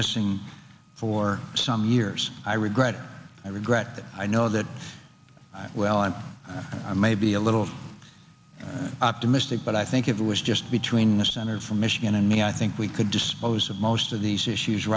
missing for some years i regret i regret that i know that well i'm maybe a little optimistic but i think if it was just between the center for michigan and me i think we could dispose of most of these issues